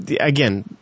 again